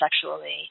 sexually